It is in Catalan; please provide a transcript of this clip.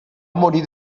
morir